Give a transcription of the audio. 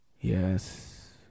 yes